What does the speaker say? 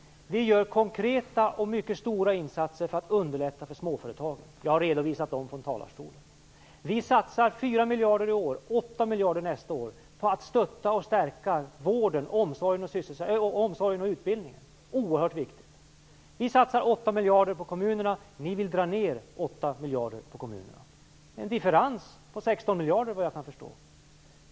Vi gör konkreta och stora insatser för att underlätta för småföretagen. Jag har redovisat dem från talarstolen. Vi satsar 4 miljarder i år och 8 miljarder nästa år på att stötta och stärka vården, omsorgen och utbildningen. Det är oerhört viktigt. Vi satsar 8 miljarder på kommunerna. Ni vill dra ned 8 miljarder på kommunerna. Det är, vad jag kan förstå, en differens på 16 miljarder.